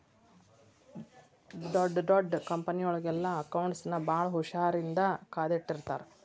ಡೊಡ್ ದೊಡ್ ಕಂಪನಿಯೊಳಗೆಲ್ಲಾ ಅಕೌಂಟ್ಸ್ ನ ಭಾಳ್ ಹುಶಾರಿನ್ದಾ ಕಾದಿಟ್ಟಿರ್ತಾರ